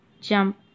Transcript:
jump